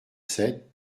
sept